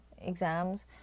exams